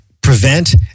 prevent